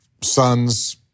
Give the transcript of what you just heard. sons